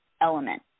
element